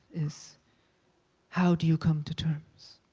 is how do you come to terms?